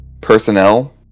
personnel